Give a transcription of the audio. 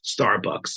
Starbucks